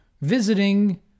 visiting